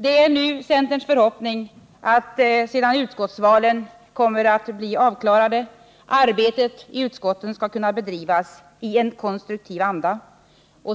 Det är nu centerns förhoppning att sedan utskottsvalen kommer att vara avklarade arbetet i utskotten skall kunna bedrivas i en konstruktiv anda.